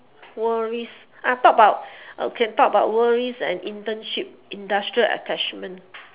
worries talk about okay talk about worries and internship industrial attachment